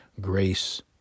Grace